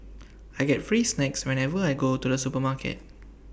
I get free snacks whenever I go to the supermarket